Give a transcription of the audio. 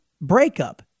breakup